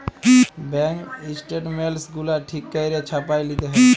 bank statements গুলা ঠিক ক্যইরে ছাপাঁয় লিতে হ্যয়